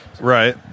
Right